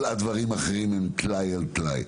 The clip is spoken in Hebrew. כל הדברים האחרים הם טלאי על טלאי.